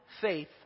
faith